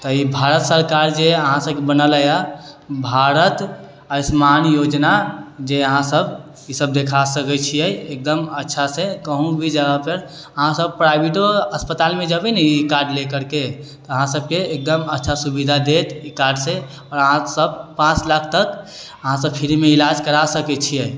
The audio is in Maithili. तऽ ई भारत सरकार जे अहाँ सबके बनेले हइ छिए भारत आयुष्मान योजना जे अहाँसब ईसब देखा सकै छिए एकदम अच्छासँ कहूँ भी जगहपर अहाँसब प्राइवेटो अस्पतालमे जेबै ने ई कार्ड लऽ करिके तऽ अहाँ सबके एकदम अच्छा सुविधा देत ई कार्डसँ आओर अहाँसब पाँच लाख तक अहाँसब फ्रीमे इलाज करा सकै छिए